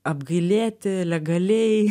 apgailėti legaliai